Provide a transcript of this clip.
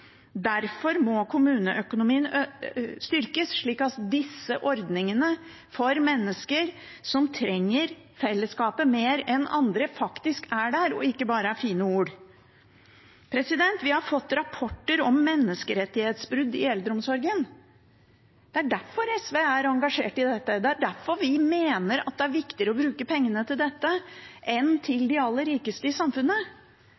Derfor må kommuneøkonomien styrkes, slik at disse ordningene for mennesker som trenger fellesskapet mer enn andre, faktisk er der, og ikke bare er fine ord. Vi har fått rapporter om menneskerettighetsbrudd i eldreomsorgen. Det er derfor SV er engasjert i dette, og det er derfor vi mener at det er viktigere å bruke pengene til dette enn